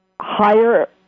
higher